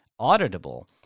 auditable